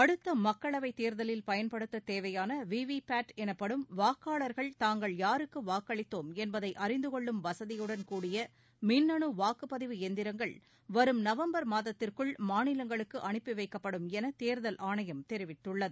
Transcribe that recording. அடுத்த மக்களவைத் தேர்தலில் பயன்படுத்த தேவையான விவி பேட் எனப்படும் வாக்காளர்கள் தாங்கள் யாருக்கு வாக்களித்தோம் என்பதை அறிந்து கொள்ளும் வசதியுடன் கூடிய மின்னனு வாக்குப்பதிவு எந்திரங்கள் வரும் நவம்பர் மாதத்திற்குள் மாநிலங்களுக்கு அனுப்பி வைக்கப்படும் என தேர்தல் ஆணையம் தெரிவித்துள்ளது